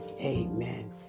Amen